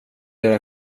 era